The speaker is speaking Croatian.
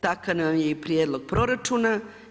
Takav nam je i prijedlog proračuna.